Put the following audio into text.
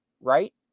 right